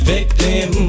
Victim